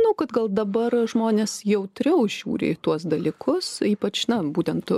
manau kad gal dabar žmonės jautriau žiūri į tuos dalykus ypač būtent